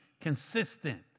consistent